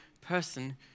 person